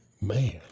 Man